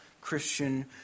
Christian